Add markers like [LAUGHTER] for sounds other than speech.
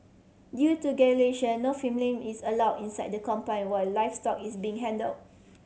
due to [UNINTELLIGIBLE] no filming is allow inside the compound while livestock is being handle